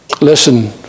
listen